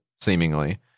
seemingly